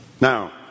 now